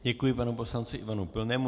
Děkuji panu poslanci Ivanu Pilnému.